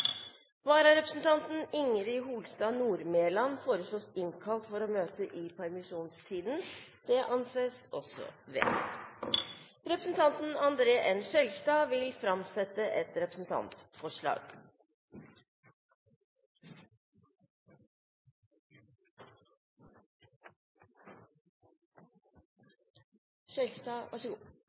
Vararepresentanten, Jorid Holstad Nordmelan, foreslås innkalt for å møte i permisjonstiden. – Det anses også vedtatt. Representanten André N. Skjelstad vil framsette et